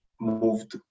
moved